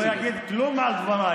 הוא לא יגיד כלום על דבריי,